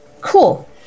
Cool